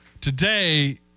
Today